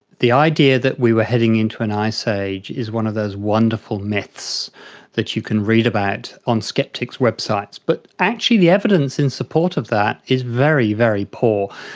the idea that we were heading into an ice age is one of those wonderful myths that you can read about on sceptics websites. but actually the evidence in support of that is very, very poor.